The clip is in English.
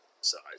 size